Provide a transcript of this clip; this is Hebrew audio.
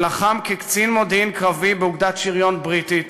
שלחם כקצין מודיעין קרבי באוגדת שריון בריטית